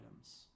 items